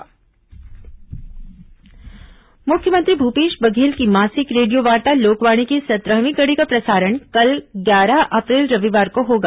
लोकवाणी मुख्यमंत्री भूपेश बघेल की मासिक रेडियोवार्ता लोकवाणी की सत्रहवीं कड़ी का प्रसारण कल ग्यारह अप्रैल रविवार को होगा